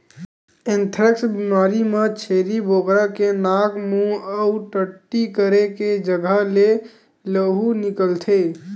anthrax बेमारी म छेरी बोकरा के नाक, मूंह अउ टट्टी करे के जघा ले लहू निकलथे